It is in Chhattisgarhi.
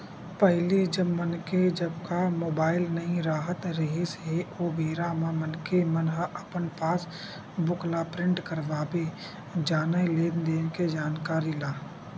पहिली जब मनखे जघा मुबाइल नइ राहत रिहिस हे ओ बेरा म मनखे मन ह अपन पास बुक ल प्रिंट करवाबे जानय लेन देन के जानकारी ला